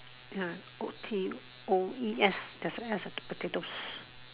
ya O T O E S there's a S at the potatoes